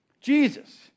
Jesus